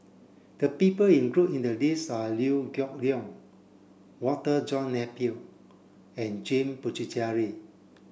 the people included in the list are Liew Geok Leong Walter John Napier and James Puthucheary